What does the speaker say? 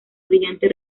brillante